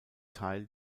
teil